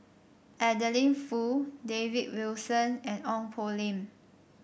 Adeline Foo David Wilson and Ong Poh Lim